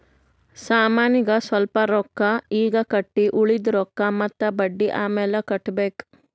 ಸಾಮಾನಿಗ್ ಸ್ವಲ್ಪ್ ರೊಕ್ಕಾ ಈಗ್ ಕಟ್ಟಿ ಉಳ್ದಿದ್ ರೊಕ್ಕಾ ಮತ್ತ ಬಡ್ಡಿ ಅಮ್ಯಾಲ್ ಕಟ್ಟಬೇಕ್